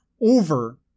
over